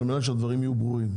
על מנת שהדברים יהיו ברורים,